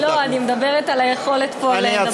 לא, אני מדברת על היכולת פה לדבר.